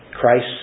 Christ